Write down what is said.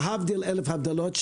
להבדיל אלף הבדלות,